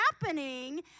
happening